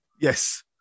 Yes